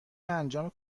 انجام